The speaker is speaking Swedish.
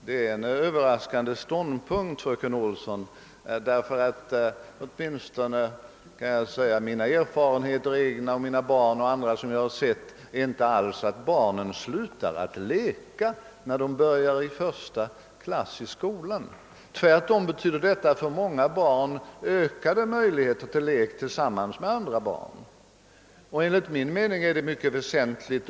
Det är en överraskande ståndpunkt, fröken Olsson, ty, åtminstone enligt min erfarenhet av mina egna barn och andra som jag har sett, slutar barnen inte alls att leka när de börjar i första klass i skolan. Tvärtom betyder detta för många ökade möjligheter till lek tillsammans med andra barn. Enligt min mening är detta mycket väsentligt.